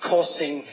Causing